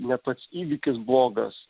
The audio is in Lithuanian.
ne pats įvykis blogas